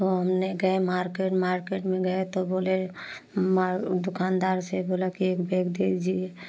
तो हमने गए मार्केट मार्केट में गए तो बोले मा दुकानदार से बोला कि एक बैग दे जी